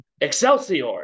Excelsior